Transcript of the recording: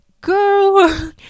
girl